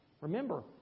Remember